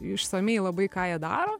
išsamiai labai ką jie daro